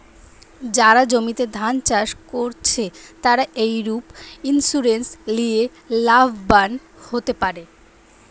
যারা জমিতে ধান চাষ কোরছে, তারা ক্রপ ইন্সুরেন্স লিয়ে লাভবান হোতে পারে